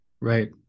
Right